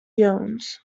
jones